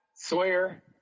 Sawyer